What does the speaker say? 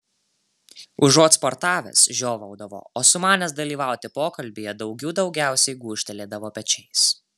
užuot sportavęs žiovaudavo o sumanęs dalyvauti pokalbyje daugių daugiausiai gūžtelėdavo pečiais